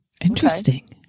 interesting